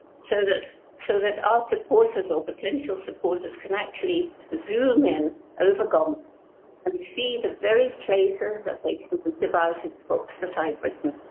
so that so that our supporters or potential supporters can actually zoom in over gombe and see the very places that like they've devoured in books that i've written.